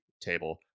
table